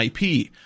IP